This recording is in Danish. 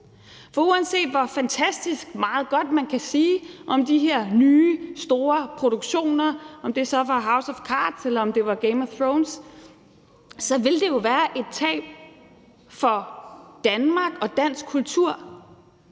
For uanset hvor fantastisk meget godt, man kan sige om de her nye store produktioner, om det så er »House of Cards« eller »Game of Thrones«, så vil det jo være et tab for Danmark og dansk kultur,